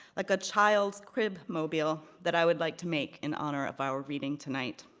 like a child's crib mobile, that i would like to make in honor of our reading tonight.